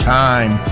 time